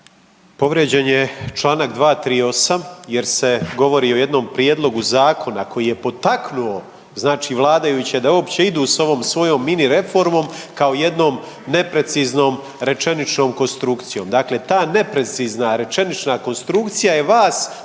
Povrijeđen je čl. 238 jer se govori o jednom prijedlogu zakona koji je potaknuo znači vladajuće da uopće idu s ovom svojom mini reformom, kao jednom nepreciznom rečeničnom konstrukcijom. Dakle ta neprecizna rečenična konstrukcija je vas